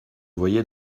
voyait